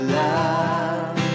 love